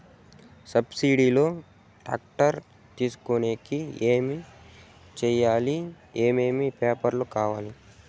Subsidy లో tractor తీసుకొనేకి ఏమి చేయాలి? ఏమేమి పేపర్లు కావాలి?